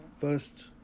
first